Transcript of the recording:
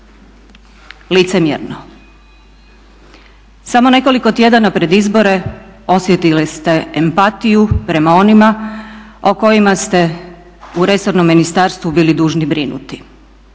Licemjerno. Samo nekoliko tjedana pred izbore osjetili ste empatiju prema onima o kojima ste u resornom ministarstvu bili dužni brinuti.